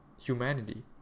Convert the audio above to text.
humanity